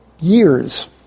years